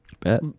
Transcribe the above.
Bet